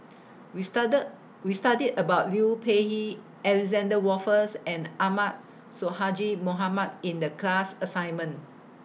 We We studied about Liu Peihe Alexander Wolters and Ahmad Sonhadji Mohamad in The class assignment